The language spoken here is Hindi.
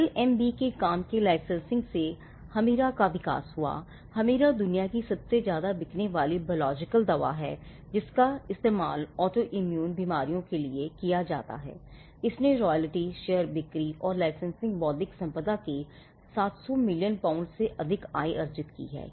LMB के काम के लाइसेंसिंग से हमिरा शेयर बिक्री और लाइसेंसिंग बौद्धिक संपदा से 700 मिलियन पाउंड से अधिक आय अर्जित की है